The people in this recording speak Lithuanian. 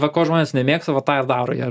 va ko žmonės nemėgsta va tą ir daro jie